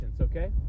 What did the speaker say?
okay